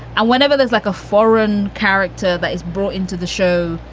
and whenever there's like a foreign character that is brought into the show,